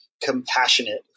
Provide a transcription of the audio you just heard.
compassionate